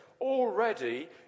Already